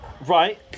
Right